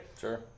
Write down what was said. sure